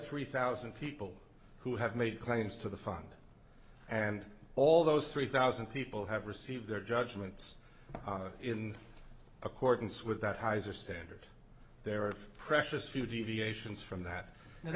three thousand people who have made claims to the fund and all those three thousand people have received their judgements in accordance with that hisor standard there are precious few deviations from that and